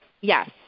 Yes